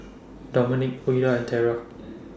Dominic Ouida and Terra